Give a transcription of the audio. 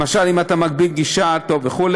למשל אם אתה מגביל גישה לכתובת, וכו',